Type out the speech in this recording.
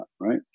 right